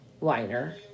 liner